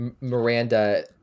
Miranda